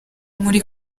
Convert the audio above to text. muri